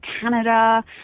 Canada